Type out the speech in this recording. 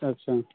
अच्छा